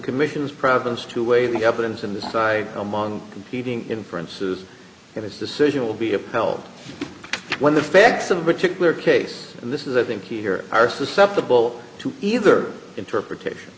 commission's province to weigh the evidence in the side among competing inferences and his decision will be upheld when the facts of a particular case and this is i think key here are susceptible to either interpretation